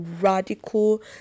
radical